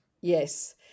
Yes